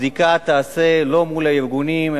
הבדיקה תיעשה לא מול הארגונים,